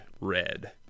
red